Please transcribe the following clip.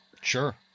Sure